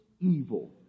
evil